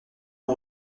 bon